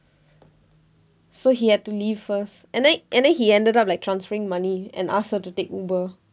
so he had to leave first and then and then he ended up like transferring money and ask her to take uber